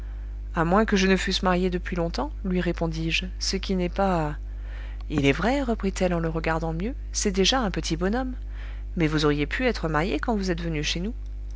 à moins que je ne fusse marié depuis longtemps lui répondis-je ce qui n'est pas il est vrai reprit-elle en le regardant mieux c'est déjà un petit bonhomme mais vous auriez pu être marié quand vous êtes venu chez nous